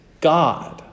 God